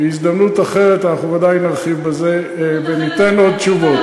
בהזדמנות אחרת ודאי נרחיב בזה וניתן עוד תשובות.